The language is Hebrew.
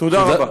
תודה רבה.